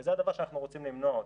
וזה הדבר שאנחנו רוצים למנוע אותו.